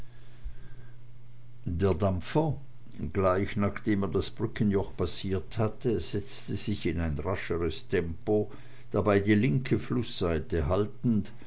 der dampfer gleich nachdem er das brückenjoch passiert hatte setzte sich in ein rascheres tempo dabei die linke flußseite haltend